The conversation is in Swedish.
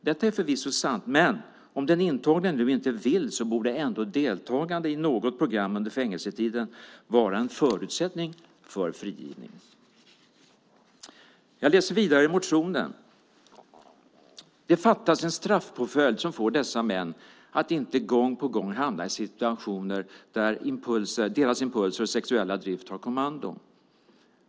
Detta är förvisso sant, men om den intagne nu inte vill borde ändå deltagande i något program under fängelsetiden vara en förutsättning för frigivning. Jag läser vidare i motionen: "Det fattas en straffpåföljd som får dessa män att inte gång på gång hamna i situationer där deras impulser och sexuella drift tar kommando.